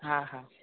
हा हा